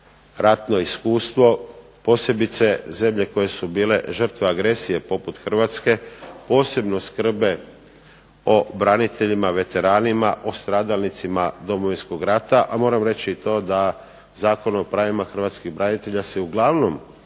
ratno iskustvo, posebice zemlje koje su bile žrtve agresije poput Hrvatske posebno skrbe o braniteljima, veteranima, o stradalnicima Domovinskog rata. A moram reći i to da Zakon o pravima hrvatskih branitelja se uglavnom